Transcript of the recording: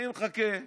אני מחכה לחתום: